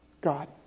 God